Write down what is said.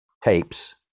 tapes